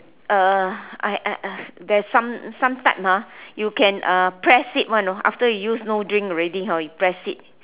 uh I I I there is some some type ah you can uh press it [one] you know after you use you no drink already hor you press it